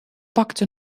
pakte